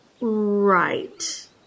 Right